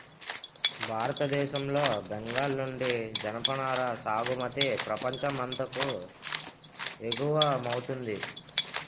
భారతదేశం లో బెంగాల్ నుండి జనపనార సాగుమతి ప్రపంచం అంతాకు ఎగువమౌతుంది